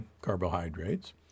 carbohydrates